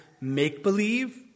make-believe